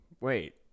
Wait